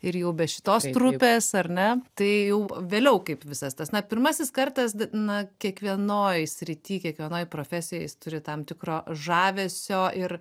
ir jau be šitos trupės ar ne tai jau vėliau kaip visas tas na pirmasis kartas na kiekvienoj srity kiekvienoj profesijoj jis turi tam tikro žavesio ir